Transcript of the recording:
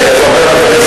איפה?